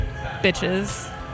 Bitches